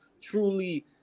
truly